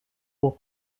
pour